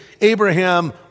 Abraham